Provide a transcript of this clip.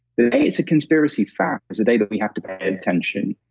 the day it's conspiracy fact is the day that we have to pay attention.